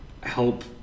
help